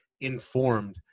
informed